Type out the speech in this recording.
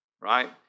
right